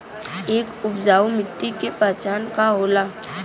एक उपजाऊ मिट्टी के पहचान का होला?